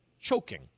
choking